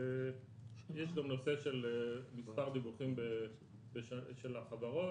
יש גם נושא של מספר דיווחים של החברות,